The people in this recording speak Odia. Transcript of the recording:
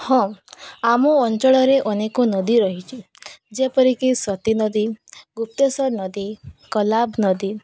ହଁ ଆମ ଅଞ୍ଚଳରେ ଅନେକ ନଦୀ ରହିଛି ଯେପରିକି ସତୀ ନଦୀ ଗୁପ୍ତେଶ୍ୱର ନଦୀ କୋଲାବ ନଦୀ